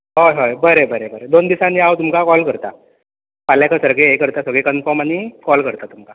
हय हय बरें बरें बरें दोन दिसांनी हांव तुमकां कॉल करता फाल्यां क सगळें हें करता सगळें कनफम आनी कॉल करता तुमकां